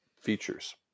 features